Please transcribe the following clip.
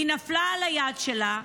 על היד שלה,